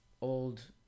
old